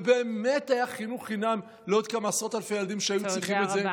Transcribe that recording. ובאמת היה חינוך חינם לעוד כמה עשרות אלפי ילדים שהיו צריכים את זה,